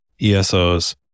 ESOs